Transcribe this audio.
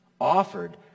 Offered